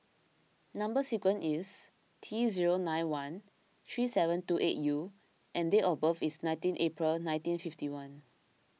Number Sequence is T zero nine one three seven two eight U and date of birth is nineteen April nineteen fifty one